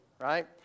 right